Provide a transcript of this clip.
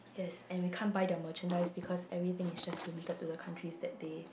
yes and we can't buy their merchandise cause everything is just limited to the countries that they